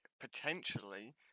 potentially